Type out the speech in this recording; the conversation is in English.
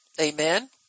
Amen